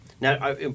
Now